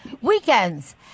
weekends